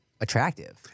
attractive